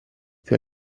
più